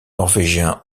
norvégien